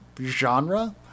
genre